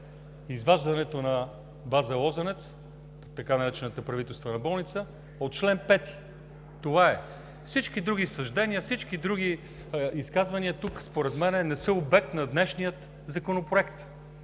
изваждането на база „Лозенец“ – така наречената „Правителствена болница“, по чл. 5, това е. Всички други съждения, изказвания тук, според мен, не са обект на днешния законопроект.